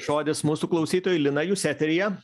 žodis mūsų klausytojai lina jūs eteryje